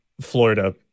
Florida